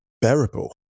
bearable